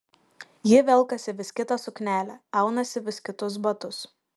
ji velkasi vis kitą suknelę aunasi vis kitus batus